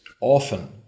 often